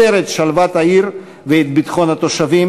את שלוות העיר ואת ביטחון התושבים,